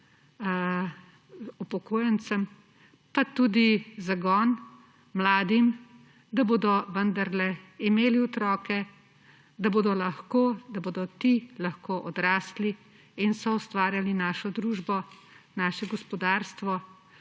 upokojencem, pa tudi zagon mladim, da bodo vendarle imeli otroke, da bodo ti lahko odrasli in soustvarjali našo družbo, naše gospodarstvo